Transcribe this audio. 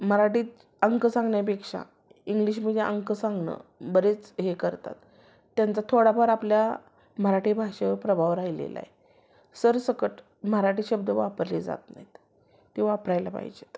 मराठीत अंक सांगण्यापेक्षा इंग्लिशमध्ये अंक सांगणं बरेच हे करतात त्यांचा थोडाफार आपल्या मराठी भाषेवर प्रभाव राहिलेला आहे सरसकट मराठी शब्द वापरले जात नाहीत ती वापरायला पाहिजेत